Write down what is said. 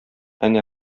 әнә